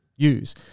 use